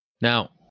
Now